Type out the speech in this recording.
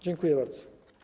Dziękuję bardzo.